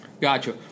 gotcha